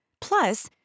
Plus